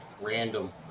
random